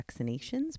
vaccinations